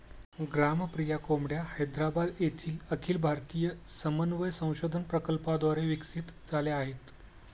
ग्रामप्रिया कोंबड्या हैदराबाद येथील अखिल भारतीय समन्वय संशोधन प्रकल्पाद्वारे विकसित झाल्या आहेत